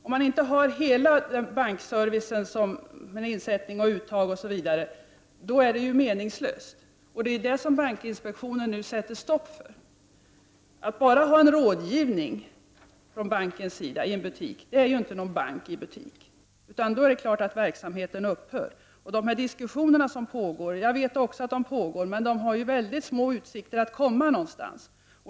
Om man inte har full bankservice med insättning, uttag osv., är sådan verksamhet meningslös, och det är detta som bankinspektionen nu sätter stopp för. Att en bank bara lämnar rådgivning i en butik är ju inte detsamma som att ha bank i butik, och då är det ju även självklart att verksamheten upphör. Också jag vet att det pågår diskussioner, men de har mycket små utsikter att komma någon vart.